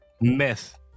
myth